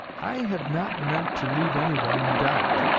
i have not meant to leave anyone in doubt.